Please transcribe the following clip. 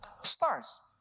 Stars